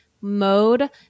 mode